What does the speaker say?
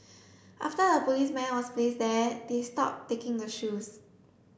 after the policeman was placed there they stopped taking the shoes